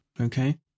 Okay